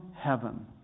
heaven